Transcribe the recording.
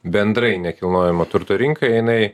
bendrai nekilnojamo turto rinka jinai